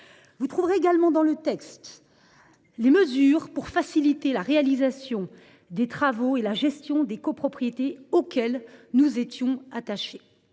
vous retrouverez également dans ce texte les mesures pour faciliter la réalisation des travaux et la gestion des copropriétés auxquelles nous étions attachés.